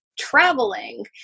traveling